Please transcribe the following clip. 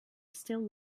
still